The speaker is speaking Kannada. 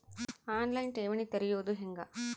ಆನ್ ಲೈನ್ ಠೇವಣಿ ತೆರೆಯೋದು ಹೆಂಗ?